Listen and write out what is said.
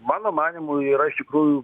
mano manymu yra iš tikrųjų